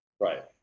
Right